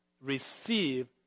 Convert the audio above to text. receive